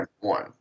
one